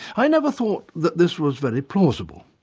i never thought that this was very plausible,